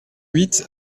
huit